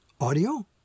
Audio